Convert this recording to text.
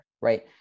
right